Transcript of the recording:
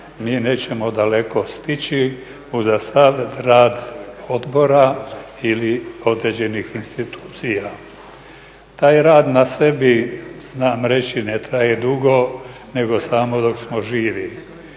mi nećemo daleko stići uza sav rad odbora ili određenih institucija. Taj rad na sebi znam reći ne traje dugo nego samo dok smo živi.